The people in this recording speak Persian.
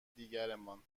دیگرمان